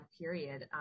period